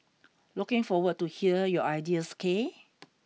looking forward to hear your ideas K